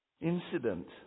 incident